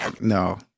No